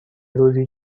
روزی